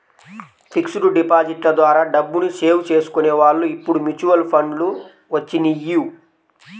fixed డిపాజిట్ల ద్వారా డబ్బుని సేవ్ చేసుకునే వాళ్ళు ఇప్పుడు మ్యూచువల్ ఫండ్లు వచ్చినియ్యి